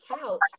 couch